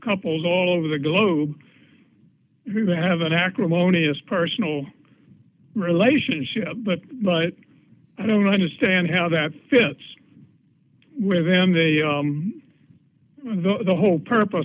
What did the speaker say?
couples all over the globe who have an acrimonious personal relationship but but i don't understand how that fits with them they the whole purpose